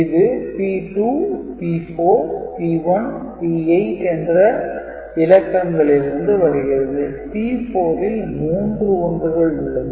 இது P2 P4 P1 P8 என்ற இலக்கங்களிலிருந்து வருகிறது P4 ல் மூன்று 1 கள் உள்ளது